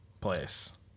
place